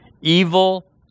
evil